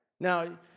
Now